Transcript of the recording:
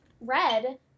Red